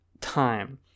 time